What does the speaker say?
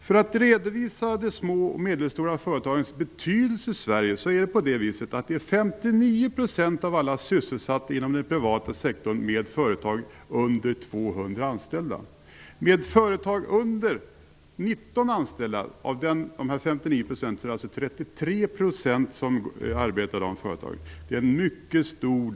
För att redovisa de små och medelstora företagens betydelse för Sverige kan nämnas att 59 % är sysselsatta inom den privata sektorn i företag med mindre än 200 anställda. Av dessa 59 % arbetar 33 % i företag med mindre än 19 anställda.